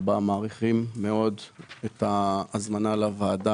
מעריכים מאוד את ההזמנה לוועדה,